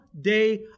day